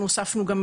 אנחנו הוספנו גם,